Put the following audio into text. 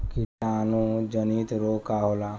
कीटाणु जनित रोग का होला?